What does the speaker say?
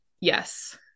yes